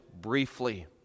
briefly